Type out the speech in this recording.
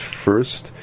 first